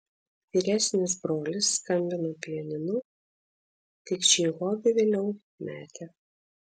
vyresnis brolis skambino pianinu tik šį hobį vėliau metė